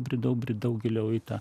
bridau bridau giliau į tą